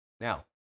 Now